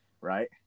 Right